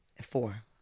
four